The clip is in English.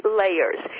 layers